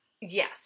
Yes